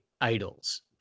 idols